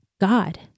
God